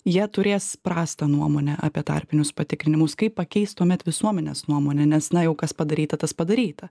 jie turės prastą nuomonę apie tarpinius patikrinimus kaip pakeist tuomet visuomenės nuomonę nes na jau kas padaryta tas padaryta